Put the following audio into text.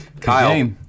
Kyle